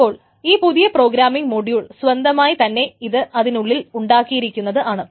അപ്പോൾ ഈ പുതിയ പ്രോഗ്രാമിങ് മൊഡ്യൂൾ സ്വന്തമായി തന്നെ ഇത് അതിനുള്ളിൽ ഉണ്ടാക്കിയിരിക്കുന്നത് ആണ്